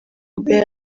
hubert